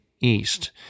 east